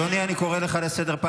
אל תעשה לי יאללה, יאללה, בסדר.